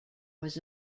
was